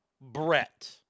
Brett